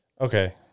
okay